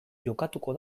jokatuko